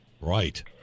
Right